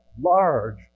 large